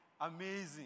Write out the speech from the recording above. amazing